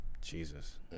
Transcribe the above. Jesus